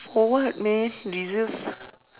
for what man reserved